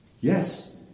Yes